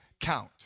count